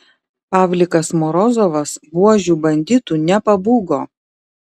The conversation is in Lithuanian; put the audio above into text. pavlikas morozovas buožių banditų nepabūgo